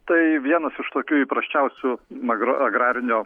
tai vienas iš tokių įprasčiausių magra agrarinio